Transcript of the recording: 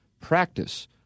practice